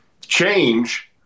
change